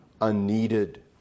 unneeded